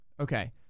Okay